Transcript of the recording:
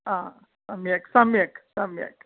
सम्यक् सम्यक् सम्यक्